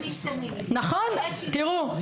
תראו,